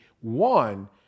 one